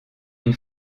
une